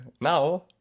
now